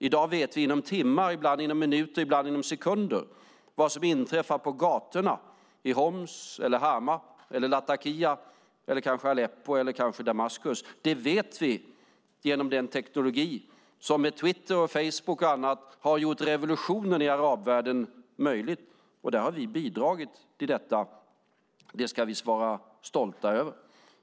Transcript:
I dag vet vi inom timmar, minuter och ibland inom sekunder vad som inträffar på gatorna i Homs, Hama, Latakia eller kanske Aleppo och Damaskus. Det vet vi genom den teknologi som med Twitter, Facebook och annat har gjort revolutionen i arabvärlden möjlig. Vi har bidragit till detta, och det ska vi vara stolta över.